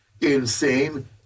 insane